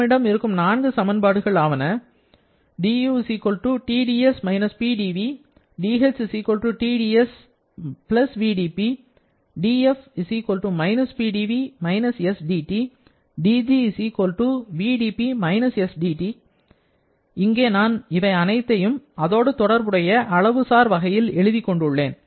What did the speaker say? நம்மிடம் இருக்கும் நான்கு சமன்பாடுகள் ஆவன du Tds − Pdv dh Tds vdP df − Pdv − sdT dg vdP − sdT இங்கே நான் இவை அனைத்தையும் அதோடு தொடர்புடைய அளவுசார் வகையில் எழுதிக் கொண்டுள்ளேன்